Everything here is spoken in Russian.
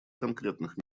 конкретных